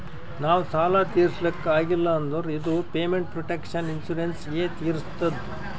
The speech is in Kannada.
ನಾವ್ ಸಾಲ ತಿರುಸ್ಲಕ್ ಆಗಿಲ್ಲ ಅಂದುರ್ ಇದು ಪೇಮೆಂಟ್ ಪ್ರೊಟೆಕ್ಷನ್ ಇನ್ಸೂರೆನ್ಸ್ ಎ ತಿರುಸ್ತುದ್